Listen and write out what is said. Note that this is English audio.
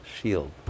shield